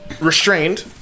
restrained